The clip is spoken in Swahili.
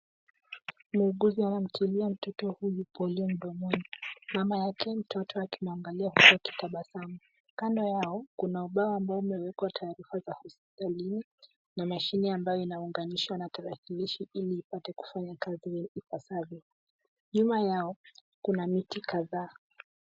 Muuguzi anamtilia mtoto huyu polio mdomoni. Mama yake mtoto akimangalia huku kitabasamu. Kando yao, kuna ubao ambao umewekwa taarifa za hospitali, na mashine ambayo inaunganishwa na tarakilishi ili ipate kufanya kazi ipasavyo. Nyuma yao, kuna miti kadhaa.